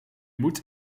moet